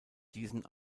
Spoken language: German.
diesen